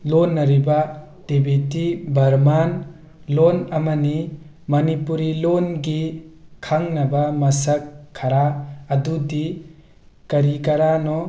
ꯂꯣꯟꯅꯔꯤꯕ Tibeto Burman ꯂꯣꯟ ꯑꯃꯅꯤ ꯃꯅꯤꯄꯨꯔꯤ ꯂꯣꯟꯒꯤ ꯈꯪꯅꯕ ꯃꯁꯛ ꯈꯔ ꯑꯗꯨꯗꯤ ꯀꯔꯤ ꯀꯔꯤꯅꯣ